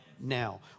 Now